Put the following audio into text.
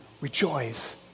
rejoice